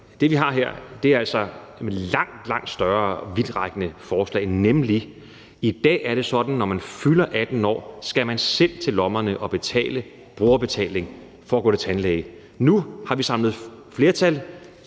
det, vi har her, er altså et langt, langt større og mere vidtrækkende forslag, nemlig at vi, hvor det i dag er sådan, at man, når man fylder 18 år, selv skal til lommerne og betale en brugerbetaling for at gå til tandlægen, nu som en del af et flertal